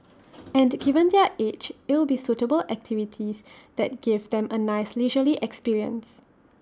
and given their age it'll be suitable activities that give them A nice leisurely experience